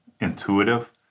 intuitive